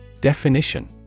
Definition